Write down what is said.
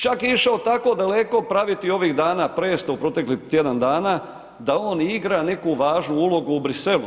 Čak je išao tako daleko praviti ovih dana predstavu proteklih tjedan dana da on igra neku važnu ulogu u Bruxellesu.